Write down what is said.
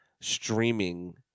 streaming